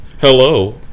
Hello